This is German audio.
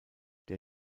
der